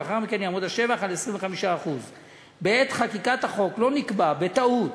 ולאחר מכן יעמוד השבח על 25%. בעת חקיקת החוק לא נקבע בטעות